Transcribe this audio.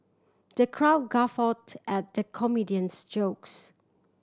the crowd guffawed at the comedian's jokes